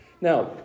Now